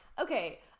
Okay